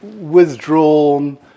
withdrawn